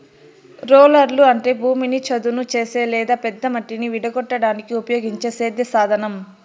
రోలర్లు అంటే భూమిని చదును చేసే లేదా పెద్ద మట్టిని విడగొట్టడానికి ఉపయోగించే సేద్య సాధనం